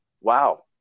wow